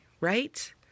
right